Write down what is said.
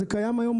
זה קיים היום,